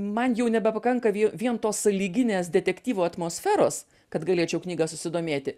man jau nebepakanka vien tos sąlyginės detektyvo atmosferos kad galėčiau knyga susidomėti